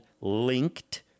linked